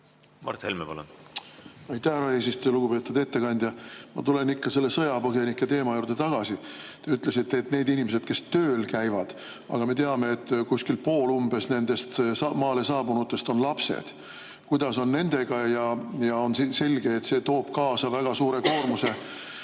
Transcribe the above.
Mart Helme, palun! Aitäh, härra eesistuja! Lugupeetud ettekandja! Ma tulen ikka selle sõjapõgenike teema juurde tagasi. Te ütlesite, et need inimesed, kes tööl käivad. Aga me teame, et umbes pool maale saabunutest on lapsed. Kuidas on nendega? On selge, et see toob kaasa väga suure koormuse